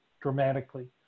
dramatically